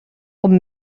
com